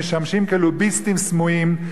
משמשים כלוביסטים סמויים,